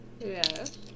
Yes